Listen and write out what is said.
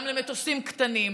גם למטוסים קטנים,